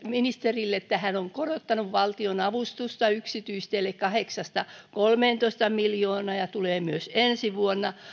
ministerille että hän on korottanut valtionavustusta yksityisteille kahdeksasta kolmeentoista miljoonaan ja että tulee myös ensi vuonna